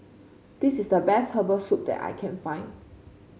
this is the best Herbal Soup that I can find